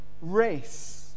race